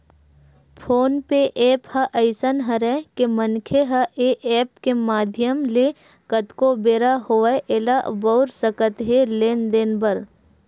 phone पे app ह अइसन हरय के मनखे ह ऐ ऐप के माधियम ले कतको बेरा होवय ऐला बउर सकत हे लेन देन बर